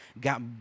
got